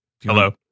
Hello